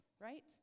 Right